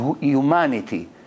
humanity